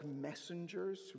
messengers